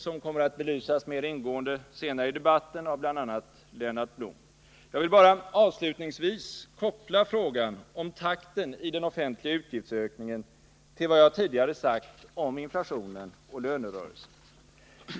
Den kommer senare i debatten att mer ingående belysas av bl.a. Lennart Blom. Jag skall i stället avslutningsvis koppla frågan om takten i den offentliga utgiftsökningen till vad jag tidigare sagt om inflationen och lönerörelsen.